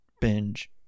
binge